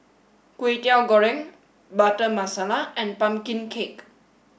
Kway Teow Goreng Butter Masala and Pumpkin Cake